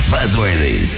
Buzzworthy